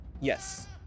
Yes